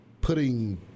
putting